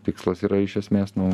tikslas yra iš esmės nu